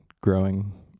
growing